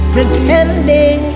Pretending